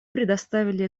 предоставили